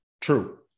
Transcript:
true